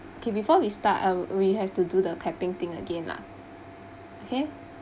okay before we start uh we have to do the clapping thing again lah okay